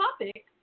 topic